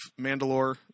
Mandalore